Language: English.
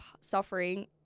suffering